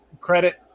credit